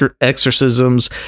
exorcisms